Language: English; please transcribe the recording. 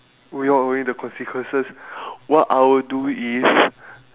without worry the consequences what I will do is